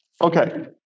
Okay